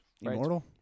immortal